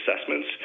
assessments